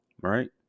right